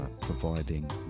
providing